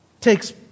takes